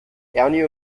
ernie